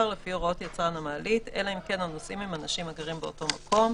לפי הוראות יצרן המעלית אלא אם כן הנוסעים הם אנשים הגרים באותו מקום,